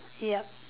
yup